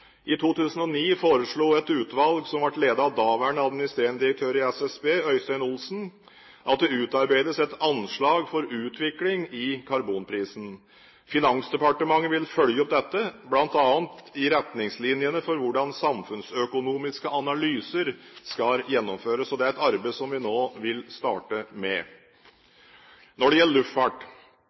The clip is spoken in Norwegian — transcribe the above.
I 2009 foreslo et utvalg som ble ledet av daværende administrerende direktør i Statistisk sentralbyrå, Øystein Olsen, at det utarbeides et anslag for utvikling i karbonprisen. Finansdepartementet vil følge opp dette, bl.a. i retningslinjene for hvordan samfunnsøkonomiske analyser skal gjennomføres. Det er et arbeid som vi nå vil starte med. Når det gjelder luftfart,